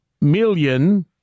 million